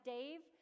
Dave